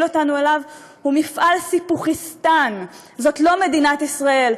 אותנו אליו הוא מפעל "סיפוחיסטן"; זאת לא מדינת ישראל,